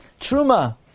truma